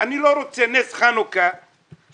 אני לא רוצה נס חנוכה אלא